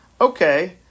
Okay